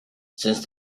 since